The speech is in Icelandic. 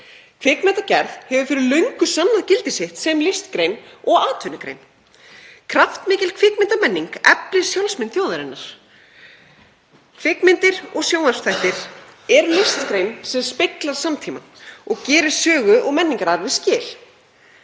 Kvikmyndagerð hefur fyrir löngu sannað gildi sitt sem listgrein og atvinnugrein. Kraftmikil kvikmyndamenning eflir sjálfsmynd þjóðarinnar. Kvikmyndir og sjónvarpsþættir eru listgrein sem speglar samtímann og gerir sögu og menningararfi skil.